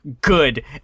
good